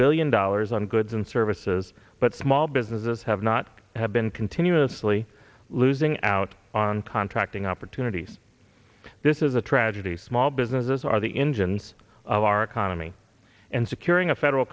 billion dollars on goods and services but small businesses have not have been continuously losing out on contracting opportunities this is a tragedy small businesses are the engine of our economy and securing a federal